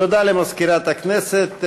תודה למזכירת הכנסת.